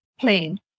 plane